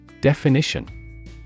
Definition